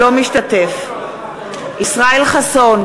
אינו משתתף בהצבעה ישראל חסון,